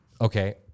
Okay